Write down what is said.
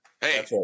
Hey